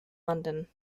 london